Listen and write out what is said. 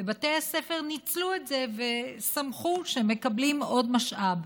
ובתי הספר ניצלו את זה ושמחו שהם מקבלים עוד משאב.